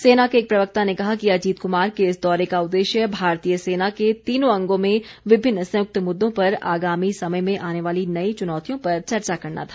सेना के एक प्रवक्ता ने कहा कि अजीत कुमार के इस दौरे का उद्देश्य भारतीय सेना के तीनों अंगों में विभिन्न संयुक्त मुद्दों पर आगामी समय में आने वाली नई चुनौतियों पर चर्चा करना था